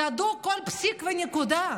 ידעו כל פסיק ונקודה,